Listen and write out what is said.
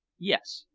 yes,